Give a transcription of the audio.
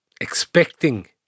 expecting